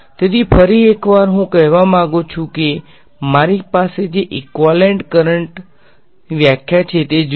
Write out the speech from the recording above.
તેથી ફરી એકવાર હું કહેવા માંગુ છું કે મારી પાસે જે ઈક્વાલેંટ કરંટ વ્યાખ્યા છે તે જુઓ